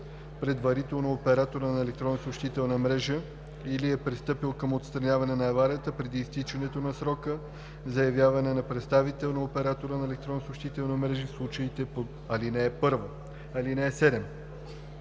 предварително оператора на електронна съобщителна мрежа или е пристъпил към отстраняване на аварията преди изтичането на срока за явяване на представител на оператора на електронна съобщителна мрежа – в случаите по ал. 1.